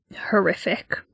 horrific